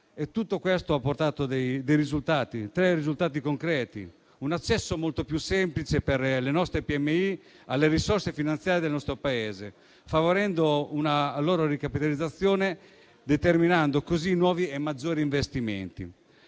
Tutto questo ha portato a tre risultati concreti: un accesso molto più semplice per le nostre piccole e medie imprese alle risorse finanziarie del nostro Paese, favorendo una loro ricapitalizzazione e determinando così nuovi e maggiori investimenti;